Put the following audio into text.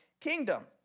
kingdom